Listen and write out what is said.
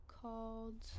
called